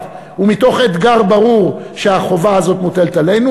ומתוך אתגר ברור שהחובה הזאת מוטלת עלינו,